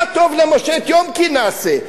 מה טוב למשה טיומקין, נעשה.